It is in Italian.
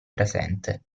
presente